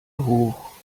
hoch